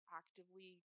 actively